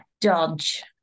dodge